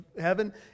heaven